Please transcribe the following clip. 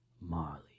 Marley